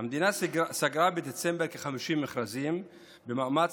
"המדינה סגרה בדצמבר כ-50 מכרזים במאמץ